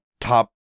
top